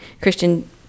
christian